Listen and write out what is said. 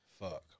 Fuck